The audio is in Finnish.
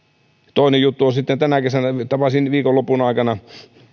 toinen juttu sitten tänä kesänä tapasin viikonlopun aikana